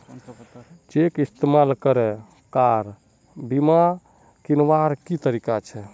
Cheque इस्तेमाल करे car बीमा कीन्वार की तरीका छे?